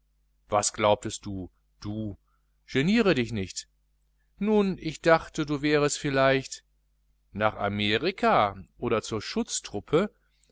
was glaubtest du geniere dich nicht nun ich dachte du wärest vielleicht nach amerika oder zur schutztruppe